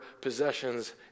possessions